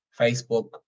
facebook